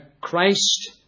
Christ